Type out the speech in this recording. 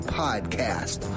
podcast